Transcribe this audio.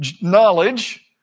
Knowledge